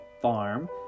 farm